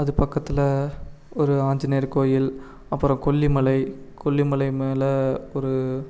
அது பக்கத்தில் ஒரு ஆஞ்சநேயர் கோயில் அப்புறம் கொல்லிமலை கொல்லிமலை மேலே ஒரு